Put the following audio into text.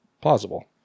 plausible